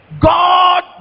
God